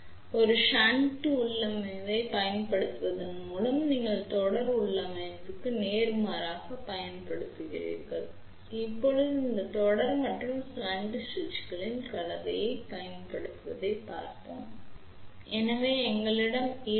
எனவே ஒரு ஷன்ட் உள்ளமைவைப் பயன்படுத்துவதன் மூலம் நீங்கள் தொடர் உள்ளமைவுக்கு நேர்மாறாகப் பயன்படுத்த வேண்டும் தொடருக்கு நாம் இங்கே சுவிட்சுக்கு முன்னோக்கிச் செய்ய வேண்டும் ON சுவிட்சிற்கான சார்புநிலையை நாங்கள் மாற்ற வேண்டும்